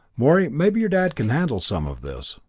morey, maybe your dad can handle some of this.